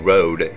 Road